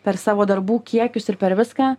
per savo darbų kiekius ir per viską